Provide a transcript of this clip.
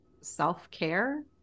self-care